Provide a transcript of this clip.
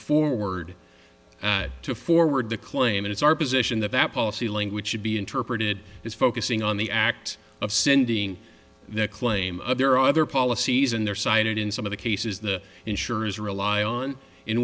forward to forward the claim it's our position that that policy language should be interpreted is focusing on the act of sending the claim of their other policies and their cited in some of the cases the insurers rely on in